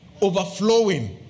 overflowing